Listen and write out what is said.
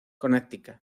connecticut